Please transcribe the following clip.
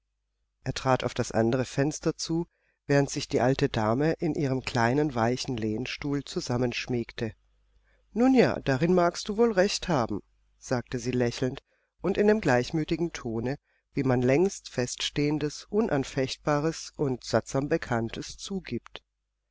er trat auf das andere fenster zu während sich die alte dame in ihrem kleinen weichen lehnstuhl zusammenschmiegte nun ja darin magst du wohl recht haben sagte sie lächelnd und in dem gleichmütigen tone wie man längst feststehendes unanfechtbares und sattsam bekanntes zugibt